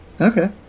Okay